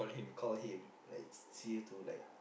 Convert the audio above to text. call him like see to like